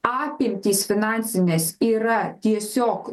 apimtys finansinės yra tiesiog